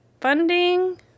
funding